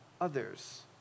others